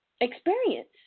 experience